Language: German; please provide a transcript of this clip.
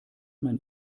man